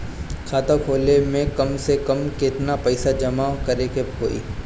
खाता खोले में कम से कम केतना पइसा जमा करे के होई?